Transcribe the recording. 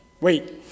wait